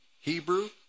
Hebrew